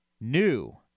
new